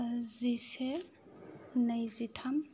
जिसे नैजिथाम